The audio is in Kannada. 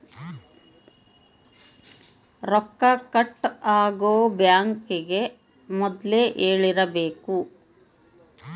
ರೊಕ್ಕ ಕಟ್ ಆಗೋ ಬ್ಯಾಂಕ್ ಗೇ ಮೊದ್ಲೇ ಹೇಳಿರಬೇಕು